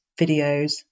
videos